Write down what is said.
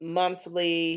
monthly